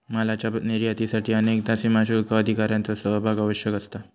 मालाच्यो निर्यातीसाठी अनेकदा सीमाशुल्क अधिकाऱ्यांचो सहभाग आवश्यक असता